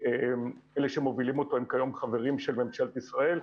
אלה שמובילים אותו הם כיום חברים של ממשלת ישראל,